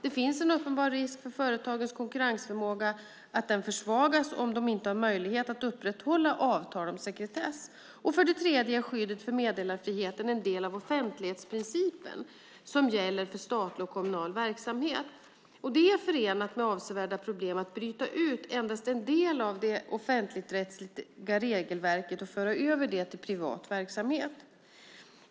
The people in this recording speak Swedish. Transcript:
Det finns en uppenbar risk för att företagens konkurrensförmåga försvagas om de inte har möjlighet att upprätthålla avtal om sekretess. För det tredje är skyddet för meddelarfriheten en del av offentlighetsprincipen som gäller för statlig och kommunal verksamhet. Det är förenat med avsevärda problem att bryta ut endast en del av det offentligrättsliga regelverket och föra över det till privat verksamhet.